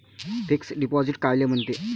Fix deposit कायले म्हनते?